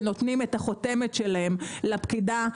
שנותנים את החותמת שלהם לפקידה,